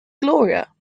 gloria